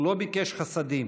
הוא לא ביקש חסדים.